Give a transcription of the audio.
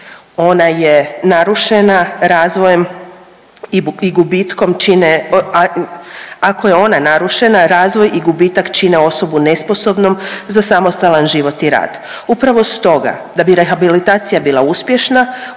ona narušena razvoj i gubitak čine osobu nesposobnom za samostalan život i rad. Upravo stoga da bi rehabilitacija bila uspješna